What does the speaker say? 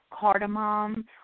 cardamom